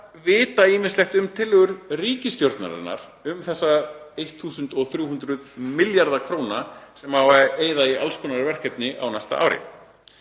vita ýmislegt um tillögur ríkisstjórnarinnar um þessa 1.300 milljarða kr. sem á að eyða í alls konar verkefni á næsta ári.